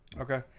okay